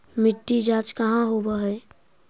मिट्टी जाँच कहाँ होव है?